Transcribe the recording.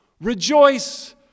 Rejoice